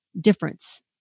difference